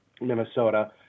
Minnesota